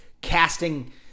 Casting